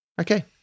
Okay